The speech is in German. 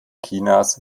chinas